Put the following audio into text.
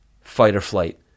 fight-or-flight